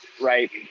right